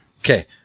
okay